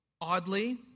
oddly